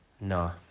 No